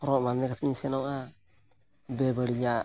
ᱦᱚᱨᱚᱜ ᱵᱟᱫᱮ ᱠᱟᱛᱮᱫ ᱤᱧ ᱥᱮᱱᱚᱜᱼᱟ ᱵᱮᱵᱟᱲᱤᱡᱟᱜᱼᱟ